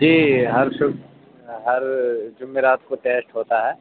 جی ہر صبح ہر جمعرات کو ٹیسٹ ہوتا ہے